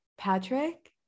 Patrick